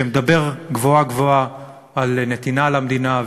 שמדבר גבוהה-גבוהה על נתינה למדינה,